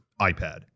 iPad